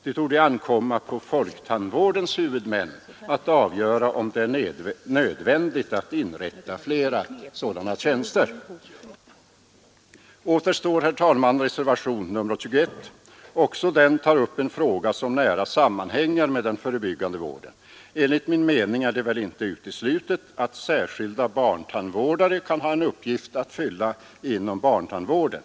Det torde ankomma på folktandvårdens huvudmän att avgöra om det är nödvändigt att inrätta fler sådana tjänster. Återstår, herr talman, reservationen 21. Också den tar upp en fråga som nära sammanhänger med den förebyggande vården. Enligt min mening är det väl inte uteslutet att särskilda barntandvårdare kan ha en uppgift att fylla inom barntandvården.